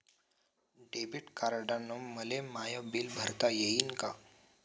Debit कार्डानं मले my bill भरता येईन का?